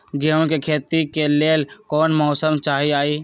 गेंहू के खेती के लेल कोन मौसम चाही अई?